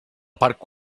parc